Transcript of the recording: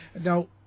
Now